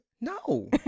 no